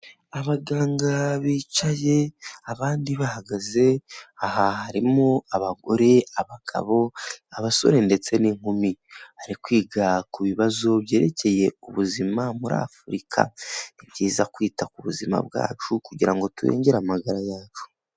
Abaganga bicaye abandi bahagaze aha harimo abagore, abagabo, abasore ndetse n'inkumi bari kwiga ku bibazo byerekeye ubuzima muri Afurika, ni byiza kwita ku buzima bwacu kugira ngo turengere amagara yacu.